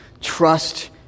trust